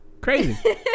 Crazy